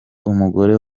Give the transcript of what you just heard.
umugore